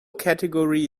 category